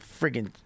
Friggin